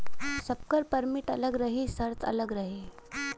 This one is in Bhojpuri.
सबकर परमिट अलग रही सर्त अलग रही